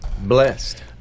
Blessed